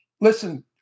listen